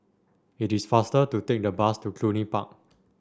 it is faster to take the bus to Cluny Park